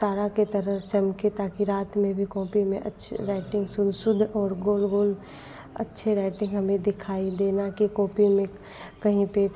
तारे की तरह चमके ताकि रात में भी कॉपी में अच्छी राइटिंग शुद्ध शुद्ध और गोल गोल अच्छी राइटिंग हमें दिखाई दे ना कि कॉपी में कहीं पर